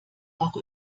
auch